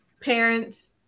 parents